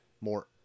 more